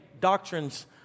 doctrines